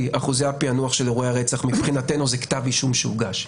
אחוזי הפענוח של אירועי הרצח מבחינתנו זה כתב אישום שהוגש.